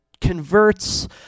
converts